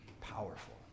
Powerful